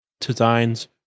designs